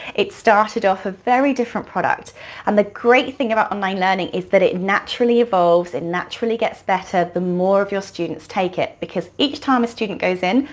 it started off a very different product and the great thing about online learning is that it naturally evolves, it naturally gets better the more of your students take it because each time a student goes in,